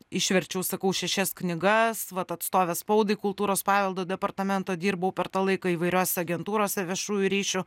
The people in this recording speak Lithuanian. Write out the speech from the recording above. išverčiau sakau šešias knygas vat atstovė spaudai kultūros paveldo departamento dirbau per tą laiką įvairiose agentūrose viešųjų ryšių